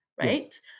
right